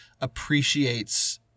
appreciates